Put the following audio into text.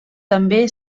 també